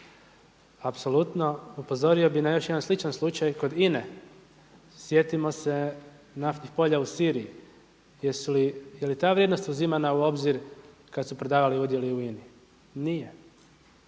apsolutno. Upozorio bih na još jedan sličan slučaj kod INA-e, sjetimo se naftnih polja u Siriji. Je li ta vrijednost uzimana u obzir kada su prodavani udjeli u INA-i? Nije.